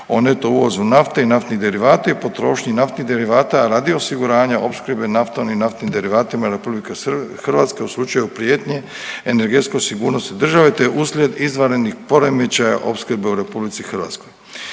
neto uvozu nafte i naftnih derivata i potrošnji naftnih derivata radi osiguranja opskrbe naftom i naftnim derivatima RH u slučaju prijetnje energetskoj sigurnosti države te uslijed izvanrednih poremećaja opskrbe u RH.